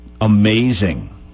amazing